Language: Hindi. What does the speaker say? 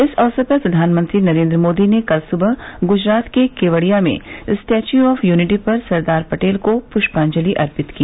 इस अवसर पर प्रधानमंत्री नरेन्द्र मोदी ने कल सुबह गुजरात के केवडिया में स्टैच्यू ऑफ यूनिटी पर सरदार पटेल को पुष्पांजलि अर्पित की